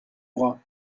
bras